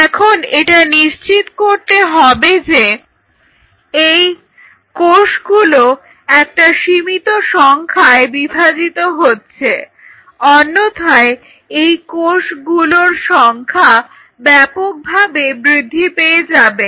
এখন এটা নিশ্চিত করতে হবে যে এই কোষগুলো একটা সীমিত সংখ্যায় বিভাজিত হচ্ছে অন্যথায় এই কোষগুলোর সংখ্যা ব্যাপকভাবে বৃদ্ধি পেয়ে যাবে